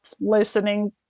listening